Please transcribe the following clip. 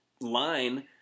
line